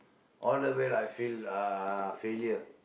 all the way lah I feel uh failure